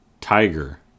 Tiger